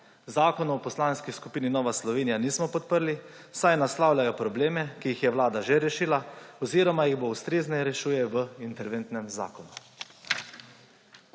Zakonov v Poslanski skupini Nova Slovenija nismo podprli, saj naslavljajo probleme, ki jih je vlada že rešila oziroma jih ustrezneje rešuje v interventnem zakonu.